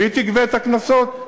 והיא תגבה את הקנסות.